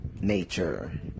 nature